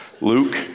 Luke